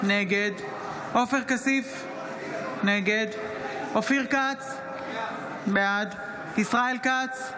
נגד עופר כסיף, נגד אופיר כץ, בעד ישראל כץ,